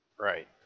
Right